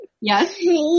Yes